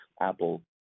Apple –